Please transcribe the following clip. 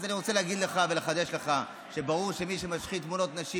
אז אני רוצה להגיד לך ולחדש לך שברור שמי שמשחית תמונות נשים,